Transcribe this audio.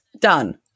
Done